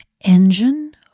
engine